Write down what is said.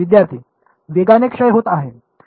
विद्यार्थीः वेगाने क्षय होत आहे